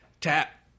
tap